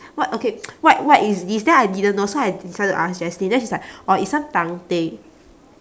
what okay what what is this then I didn't know so I decided to ask jeslyn then she's like orh it's some tongue thing